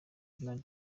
donald